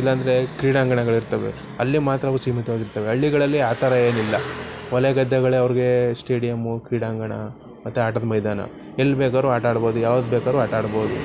ಇಲ್ಲ ಅಂದ್ರೆ ಕ್ರೀಡಾಂಗಣಗಳಿರ್ತವೆ ಅಲ್ಲಿ ಮಾತ್ರ ಅವು ಸೀಮಿತವಾಗಿರ್ತಾವೆ ಹಳ್ಳಿಗಳಲ್ಲಿ ಆ ಥರ ಏನಿಲ್ಲ ಹೊಲ ಗದ್ದೆಗಳೇ ಅವ್ರಿಗೆ ಸ್ಟೇಡಿಯಮ್ಮು ಕ್ರೀಡಾಂಗಣ ಮತ್ತು ಆಟದ ಮೈದಾನ ಎಲ್ಲಿ ಬೇಕಾದ್ರೂ ಆಟ ಆಡ್ಬೋದು ಯಾವಾಗ ಬೇಕಾದ್ರೂ ಆಟ ಆಡ್ಬೋದು